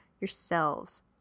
yourselves